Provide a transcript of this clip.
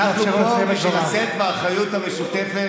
אנחנו פה בשביל לשאת באחריות המשותפת.